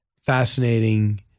fascinating